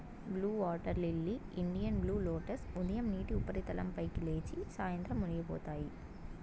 blue water lily, Indian blue lotus ఉదయం నీటి ఉపరితలం పైకి లేచి, సాయంత్రం మునిగిపోతాయి